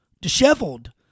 disheveled